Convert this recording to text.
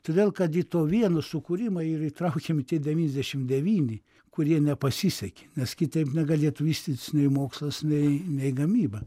todėl kad į to vieno sukūrimą yra įtraukiami devyniasdešimt devyni kurie nepasisekė nes kitaip negalėtų vystytis nei mokslas nei nei gamyba